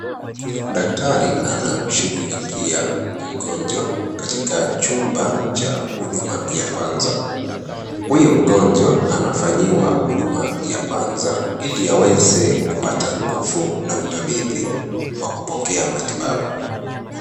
Daktari anamshughulikia mgonjwa katika chumba cha huduma ya kwanza. Huyu mgonjwa anafanyiwa huduma ya kwanza ili aweze kupata nguvu na utabithi wa kupokea matibabu.